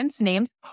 names